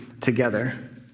together